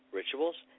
rituals